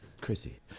Chrissy